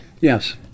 Yes